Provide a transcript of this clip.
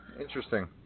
interesting